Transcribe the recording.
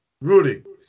Rudy